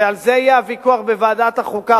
ועל זה יהיה הוויכוח בוועדת החוקה,